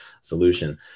solution